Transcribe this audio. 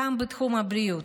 גם בתחום הבריאות.